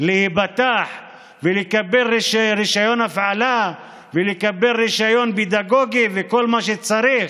להיפתח ולקבל רישיון הפעלה ולקבל רישיון פדגוגי וכל מה שצריך,